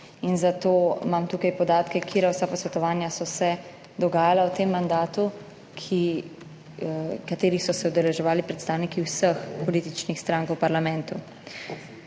in zato imam tukaj podatke, katera vsa posvetovanja so se dogajala v tem mandatu, katerih so se udeleževali predstavniki vseh političnih strank v parlamentu.